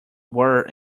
were